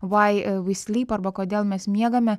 why we sleep arba kodėl mes miegame